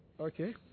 Okay